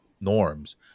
norms